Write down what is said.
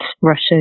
Russia